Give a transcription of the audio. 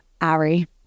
Ari